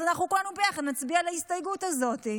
אז אנחנו כולנו יחד נצביע על ההסתייגות הזאת.